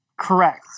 Correct